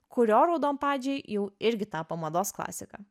kurio raudonpadžiai jau irgi tapo mados klasika